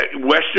Western